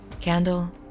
Candle